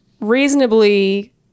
reasonably